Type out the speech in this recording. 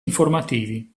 informativi